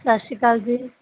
ਸਤਿ ਸ਼੍ਰੀ ਅਕਾਲ ਜੀ